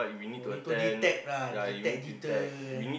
only to detect lah detect deter